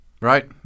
Right